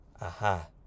aha